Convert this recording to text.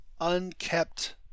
unkept